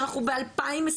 אנחנו ב-2021,